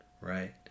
right